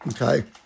okay